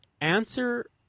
answer